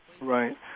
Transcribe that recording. Right